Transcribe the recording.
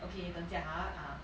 okay 等一下 ha ah